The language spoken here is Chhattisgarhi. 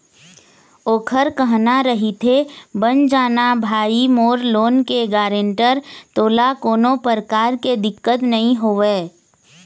ओखर कहना रहिथे बन जाना भाई मोर लोन के गारेंटर तोला कोनो परकार के दिक्कत नइ होवय